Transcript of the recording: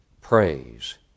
praise